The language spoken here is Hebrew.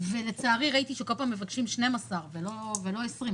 ולצערי ראיתי שבכל פעם מבקשים 12 מיליון שקל ולא 20 מיליון שקל,